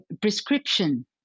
prescription